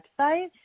website